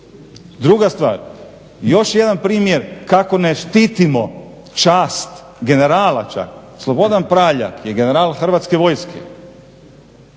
Druga stvar, još jedan primjer kako ne štitimo čast generala čak, Slobodan Praljak je general HV, tisuća